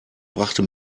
brachte